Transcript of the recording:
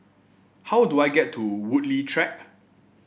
how do I get to Woodleigh Track